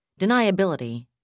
deniability